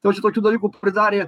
tai va čia tokių dalykų pridarė